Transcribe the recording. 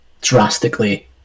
drastically